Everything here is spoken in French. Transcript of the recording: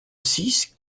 six